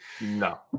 No